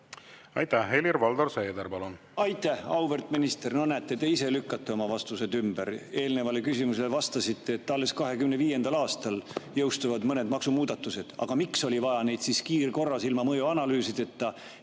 Aitäh! Helir-Valdor Seeder, palun!